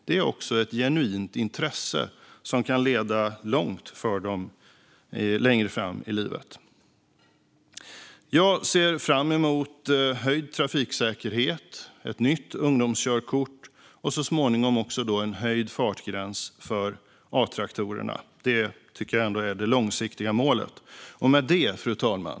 Det är också ett genuint intresse, som längre fram i livet kan ta dem långt. Jag ser fram emot höjd trafiksäkerhet, ett nytt ungdomskörkort och så småningom höjd fartgräns för A-traktorerna. Det tycker jag ändå är det långsiktiga målet. Fru talman!